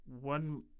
one